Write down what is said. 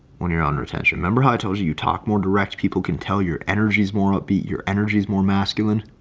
when you're on retention number high tells you you talk more direct people can tell your energies more upbeat, your energies more masculine.